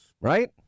Right